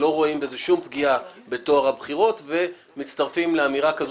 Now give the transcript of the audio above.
לא רואים בכך שום פגיעה בטוהר הבחירות ומצטרפים לאמירה כזו,